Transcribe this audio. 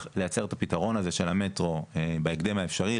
לייצר את הפתרון הזה של המטרו בהקדם האפשרי,